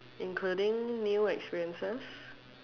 including new experiences